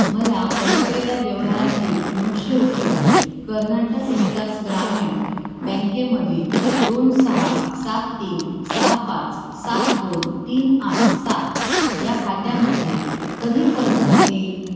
मला अडकलेल्या व्यवहारातील नऊशे रुपये कर्नाटक विकास ग्रामीण बँकेमधील दोन सहा सात तीन सहा पाच सात दोन तीन आठ सात या खात्यामध्ये कधी परत मिळतील